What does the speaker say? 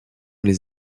les